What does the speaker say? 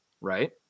right